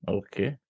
okay